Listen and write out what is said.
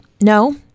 no